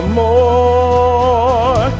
more